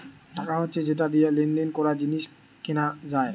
টাকা হচ্ছে যেটা দিয়ে লেনদেন করা, জিনিস কেনা যায়